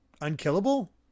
unkillable